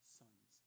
sons